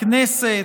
הכנסת,